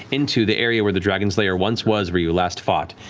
into the area where the dragon's lair once was, where you last fought.